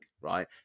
right